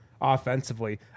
offensively